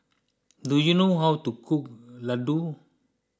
do you know how to cook Ladoo